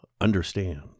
Understand